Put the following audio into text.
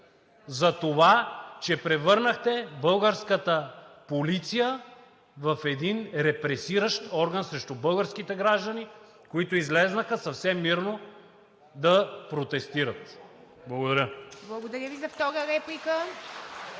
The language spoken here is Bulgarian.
за това, че превърнахте българската полиция в един репресиращ орган срещу българските граждани, които излязоха съвсем мирно да протестират. Благодаря. ПРЕДСЕДАТЕЛ ИВА МИТЕВА: